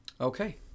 Okay